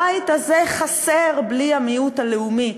הבית הזה חסר בלי המיעוט הלאומי,